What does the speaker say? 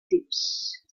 tips